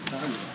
בבקשה.